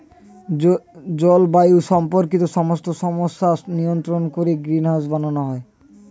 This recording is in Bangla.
জলবায়ু সম্পর্কিত সমস্ত সমস্যা নিয়ন্ত্রণ করে গ্রিনহাউস বানানো হয়